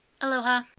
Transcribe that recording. aloha